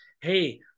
hey